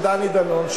-- של דני דנון,